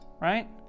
right